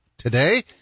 Today